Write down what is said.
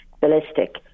ballistic